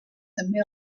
també